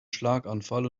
schlaganfall